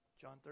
John